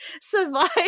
survive